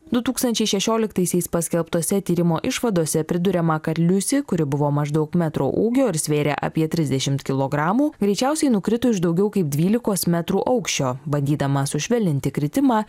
du tūkstančiai šešioliktaisiais paskelbtuose tyrimo išvadose priduriama kad liusi kuri buvo maždaug metro ūgio ir svėrė apie trisdešimt kilogramų greičiausiai nukrito iš daugiau kaip dvylikos metrų aukščio bandydama sušvelninti kritimą